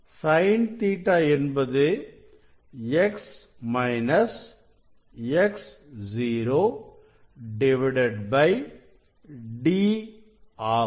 Sin Ɵ என்பது X X0 D ஆகும்